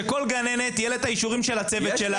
שלכל גננת יהיו אישורים של הצוות שלה.